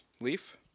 Leaf